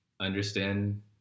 understand